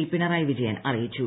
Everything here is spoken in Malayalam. അദ്ദേഹം അറിയിച്ചു